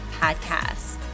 Podcast